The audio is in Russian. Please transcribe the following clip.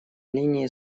линии